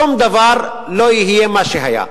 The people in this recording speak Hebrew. שום דבר לא יהיה מה שהיה.